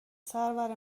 سرور